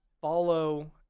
follow